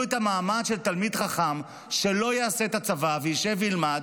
את המעמד של תלמיד חכם שלא יעשה את הצבא וישב ילמד,